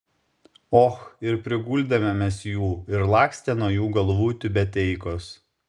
och ir priguldėme mes jų ir lakstė nuo jų galvų tiubeteikos